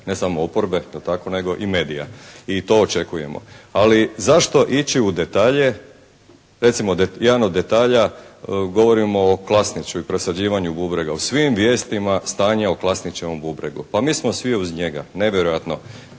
ne samo oporbe, dakako i medija i to očekujemo. Ali, zašto ići u detalje. Recimo jedan od detalja govorimo o Klasniću i presađivanju bubrega. U svim vijestima stanje o Klasnićevom bubregu. Pa mi smo svi uz njega. Nevjerojatno.